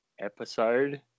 episode